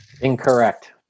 Incorrect